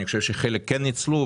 אני חושב שחלק כן ניצלו.